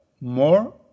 more